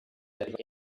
that